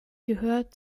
gehört